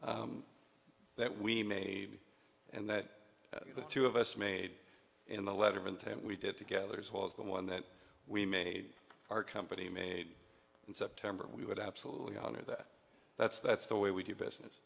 you that we made and that the two of us made in the letterman time we did together as well as the one that we made our company made in september we would absolutely honor that that's that's the way we do business